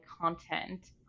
content